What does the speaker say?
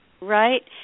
Right